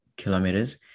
Kilometers